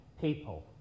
people